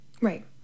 right